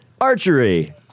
Archery